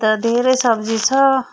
कोही त धेरै सब्जी छ